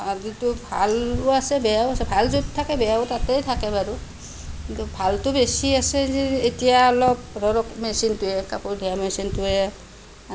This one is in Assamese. যিটো ভালো আছে বেয়াও আছে ভাল য'ত থাকে বেয়াও তাতেই থাকে বাৰু কিন্তু ভালতো বেছি আছে যে এতিয়া অলপ ধৰক মেচিনটোয়ে কাপোৰ ধোৱা মেচিনটোয়ে